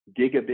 gigabit